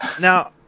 Now